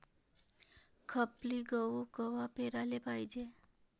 खपली गहू कवा पेराले पायजे?